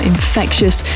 Infectious